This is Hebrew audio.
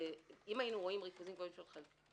אם היינו רואים ריכוזים גבוהים של חלקיקים,